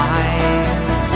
eyes